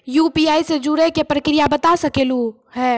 UPI से जुड़े के प्रक्रिया बता सके आलू है?